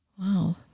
Wow